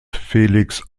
felix